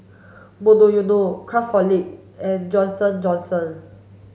Monoyono Craftholic and Johnson Johnson